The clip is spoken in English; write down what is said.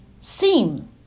seem